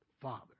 Father